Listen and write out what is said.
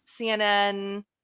CNN